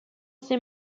ces